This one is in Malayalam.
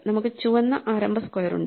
നമുക്ക് ചുവന്ന ആരംഭ സ്ക്വയർ ഉണ്ട്